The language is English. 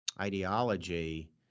ideology